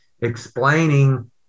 explaining